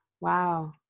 Wow